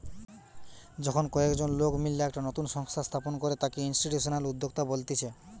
যখন কয়েকজন লোক মিললা একটা নতুন সংস্থা স্থাপন করে তাকে ইনস্টিটিউশনাল উদ্যোক্তা বলতিছে